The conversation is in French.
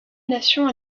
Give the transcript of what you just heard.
nation